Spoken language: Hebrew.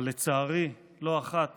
אבל לצערי, לא אחת